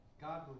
God